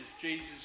Jesus